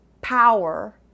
power